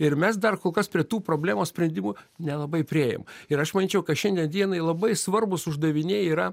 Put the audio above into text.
ir mes dar kol kas prie tų problemos sprendimų nelabai priėjom ir aš manyčiau ka šiandien dienai labai svarbūs uždaviniai yra